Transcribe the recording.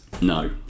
no